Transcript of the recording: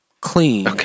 clean